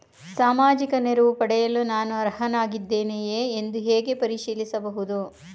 ಸಾಮಾಜಿಕ ನೆರವು ಪಡೆಯಲು ನಾನು ಅರ್ಹನಾಗಿದ್ದೇನೆಯೇ ಎಂದು ಹೇಗೆ ಪರಿಶೀಲಿಸಬಹುದು?